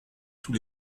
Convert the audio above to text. sous